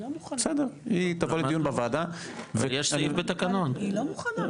היא לא מוכנה.